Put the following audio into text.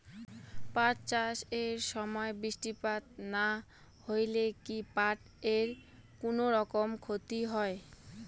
পাট চাষ এর সময় বৃষ্টিপাত না হইলে কি পাট এর কুনোরকম ক্ষতি হয়?